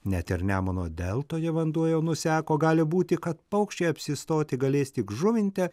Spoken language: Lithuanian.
net ir nemuno deltoje vanduo jau nuseko gali būti kad paukščiai apsistoti galės tik žuvinte